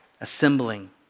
Assembling